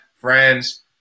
friends